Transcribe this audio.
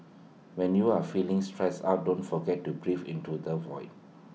when you are feeling stressed out don't forget to breathe into the void